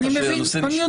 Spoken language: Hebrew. אני אומר לך שהנושא נשקל,